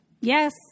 yes